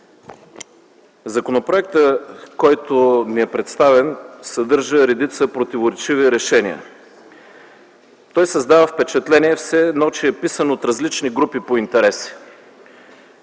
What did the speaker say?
Законопроектът, който ни е представен, съдържа редица противоречиви решения. Той създава впечатление, че все едно е писан от различни групи по интереси.